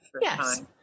Yes